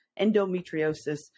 endometriosis